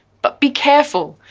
but be careful.